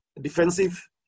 defensive